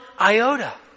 iota